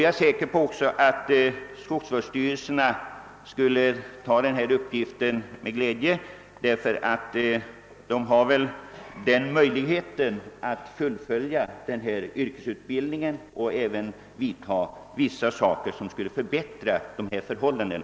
Jag är säker på att skogsvårdssty relserna skulle hälsa denna uppgift med glädje, därför att de vill ha möjlighet att fullfölja denna yrkesutbildning och även vidta vissa andra åtgärder som skulle kunna förbättra förhållandena.